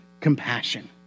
compassion